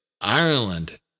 Ireland